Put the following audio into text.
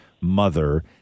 mother